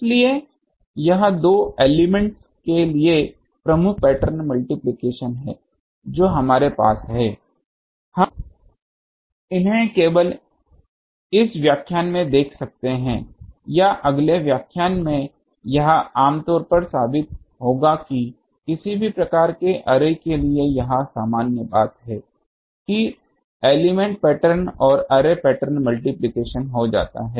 इसलिए यह दो एलिमेंट्स के लिए प्रमुख पैटर्न मल्टिप्लिकेशन है जो हमारे पास है हम इन्हें केवल इस व्याख्यान में देख सकते हैं या अगले व्याख्यान में यह आम तौर पर साबित होगा कि किसी भी प्रकार के अर्रे के लिए यह सामान्य बात है कि एलिमेंट पैटर्न और अर्रे पैटर्न मल्टिप्लिकेशन हो जाता है